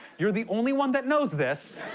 you're the only one that knows this.